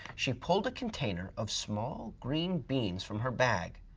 she pulled a container of small green beans from her bag.